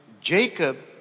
Jacob